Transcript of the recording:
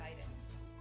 guidance